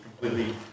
completely